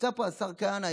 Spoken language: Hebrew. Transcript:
נמצא פה השר כהנא.